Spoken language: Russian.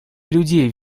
людей